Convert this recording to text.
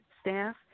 staff